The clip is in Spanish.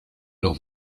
los